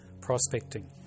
Prospecting